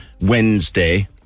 Wednesday